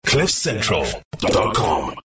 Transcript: cliffcentral.com